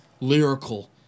lyrical